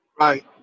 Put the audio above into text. Right